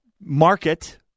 market